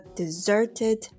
deserted